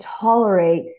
tolerate